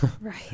Right